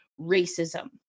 racism